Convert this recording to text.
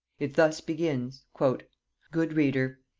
it thus begins good reader,